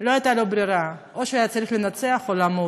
לא הייתה לו ברירה: הוא היה צריך לנצח או למות,